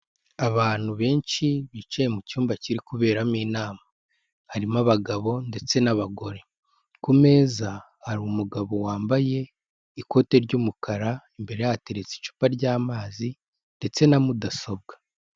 Abantu benshi bicaye mu cyumba kiri kuberamo inama, harimo abagabo ndetse n'abagore. Ku meza hari umugabo wambaye ikote ry'umukara imbere ye hateretse icupa ry'amazi ndetse na mudasobwa.